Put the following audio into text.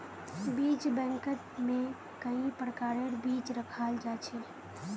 बीज बैंकत में कई प्रकारेर बीज रखाल जा छे